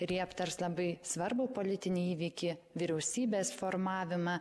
ir jie aptars labai svarbų politinį įvykį vyriausybės formavimą